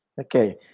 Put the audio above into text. Okay